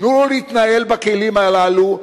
תנו לו להתנהל בכלים הללו.